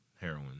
heroin